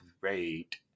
great